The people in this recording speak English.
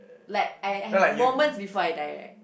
like I I have moments before I die right